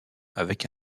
avec